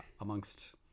amongst